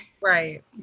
Right